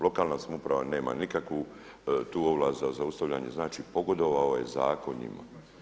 Lokalna samouprava nema nikakvu tu ovlast za zaustavljanje, znači pogodovao je zakon njima.